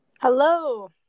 Hello